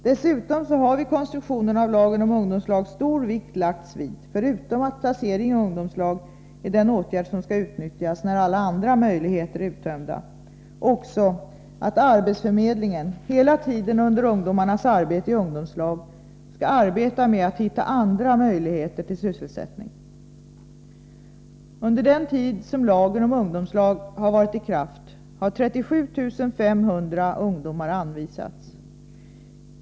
Dessutom har vid konstruktionen av lagen om ungdomslag stor vikt lagts vid att arbetsförmedlingen — förutom att placering i ungdomslag är den åtgärd som skall utnyttjas när alla andra möjligheter är uttömda — hela tiden under ungdomarnas arbete i ungdomslag skall arbeta med att hitta andra möjligheter till sysselsättning. Under den tid som lagen om ungdomslag varit i kraft har 37 500 ungdomar anvisats.